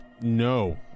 no